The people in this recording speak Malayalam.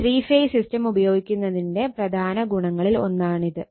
ത്രീ ഫേസ് സിസ്റ്റം ഉപയോഗിക്കുന്നതിന്റെ പ്രധാന ഗുണങ്ങളിൽ ഒന്നാണിത്